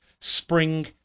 Spring